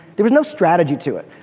there was no strategy to it.